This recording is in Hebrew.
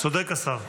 צודק השר.